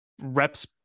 reps